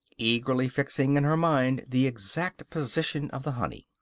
eagerly fixing in her mind the exact position of the honey.